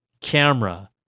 camera